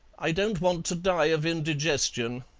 i don't want to die of indigestion.